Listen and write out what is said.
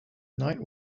knight